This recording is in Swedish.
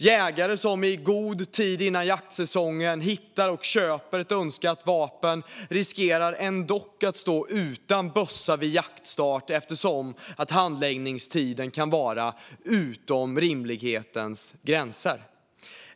Jägare som i god tid innan jaktsäsongen hittar och köper ett önskat vapen riskerar ändå att stå utan bössa vid jaktstart, eftersom handläggningstiden kan vara utom rimlighetens gränser.